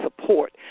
support